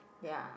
ya